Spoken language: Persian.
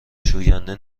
شوینده